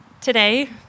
today